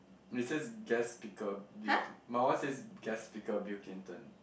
it says guest speaker Bill C~ my one says guest speaker Bill Clinton